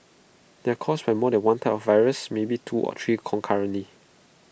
they are caused by more than one type of virus maybe two or three concurrently